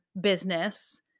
business